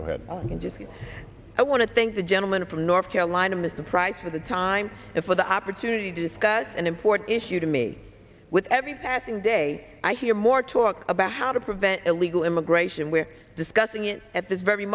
go ahead just i want to thank the gentleman from north carolina mr price for the time for the opportunity to discuss an important issue to me with every passing day i hear more talk about how to prevent illegal immigration we're discussing it at this very